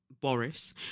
Boris